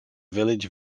village